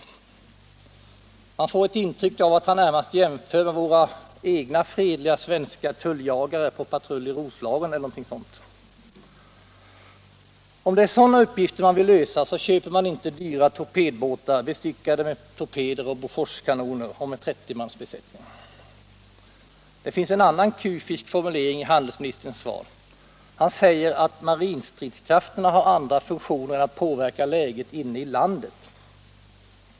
Man får ett intryck av att han närmast jämför med våra egna fredliga svenska tulljagare på patrull i Roslagen eller något sådant. Om det är sådana uppgifter man vill lösa, köper man inte dyra torpedbåtar bestyckade med torpeder och Boforskanoner och med 30 mans besättning. Det finns en annan kufisk formulering i handelsministerns svar. Han säger att marinstridskrafterna har andra funktioner än att påverka läget inne i landet.